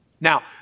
Now